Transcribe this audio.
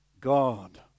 God